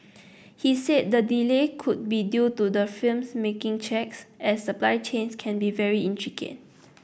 he said the delay could be due to the firms making checks as supply chains can be very intricate